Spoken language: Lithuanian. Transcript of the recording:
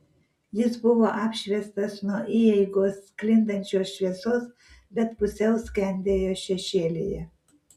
jis buvo apšviestas nuo įeigos sklindančios šviesos bet pusiau skendėjo šešėlyje